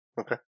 Okay